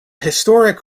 historic